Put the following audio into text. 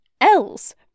else